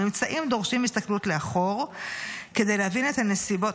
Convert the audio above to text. הממצאים דורשים הסתכלות לאחור כדי להבין את הנסיבות,